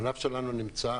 הענף שלנו נמצא